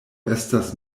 estas